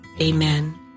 Amen